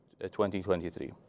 2023